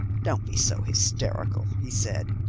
don't be so hysterical, he said,